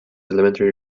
elementary